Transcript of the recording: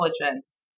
intelligence